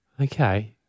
Okay